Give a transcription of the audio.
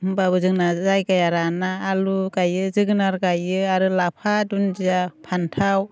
होनबाबो जोंना जायगाया राना आलु गायो जोगोनार गायो आरो लाफा दुन्दिया फान्थाव